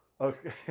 Okay